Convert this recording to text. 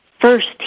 first